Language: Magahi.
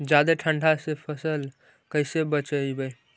जादे ठंडा से फसल कैसे बचइबै?